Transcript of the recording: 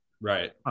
Right